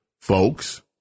folks